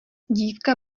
dívka